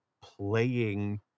playing